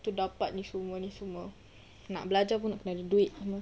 to dapat ni semua ni semua nak belajar pun nak kena ada duit semua